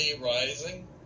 rising